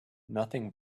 nothing